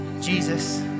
Jesus